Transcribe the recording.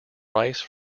rice